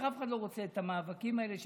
אף אחד לא רוצה את המאבקים האלה,